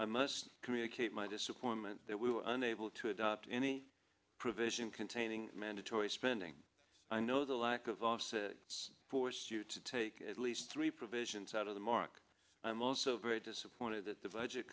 i must communicate my disappointment that we were unable to adopt any provision containing mandatory spending i know the lack of office a forced you to take at least three provisions out of the mark i'm also very disappointed that the budget